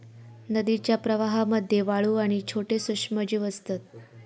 नदीच्या प्रवाहामध्ये वाळू आणि छोटे सूक्ष्मजीव असतत